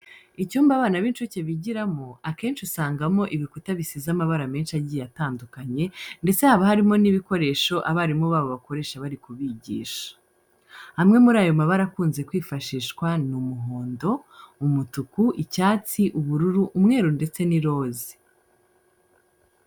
Icyumba abana b'incuke bigiramo, akenshi usangamo ibikuta bisize amabara menshi agiye atandukanye ndetse haba hanarimo n'ibikoresho abarimu babo bakoresha bari kubigisha. Amwe muri ayo mabara akunze kwifashishwa ni umuhondo, umutuku, icyatsi, ubururu, umweru ndetse n'iroze.